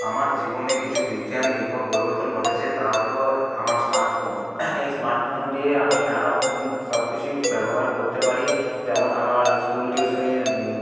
আমার জীবনে কিছু বিজ্ঞান নির্ভর পরিবর্তন ঘটেছে তা হল আমার স্মার্ট ফোন এই স্মার্ট ফোন দিয়ে আমি নানা রকম সব কিছুই ব্যবহার করতে পারি যেমন আমার স্কুল টিউশনির